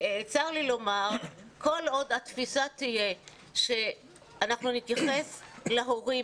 צר לי לומר שכל עוד התפיסה תהיה שאנחנו נתייחס להורים